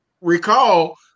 recall